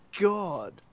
God